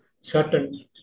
certain